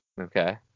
Okay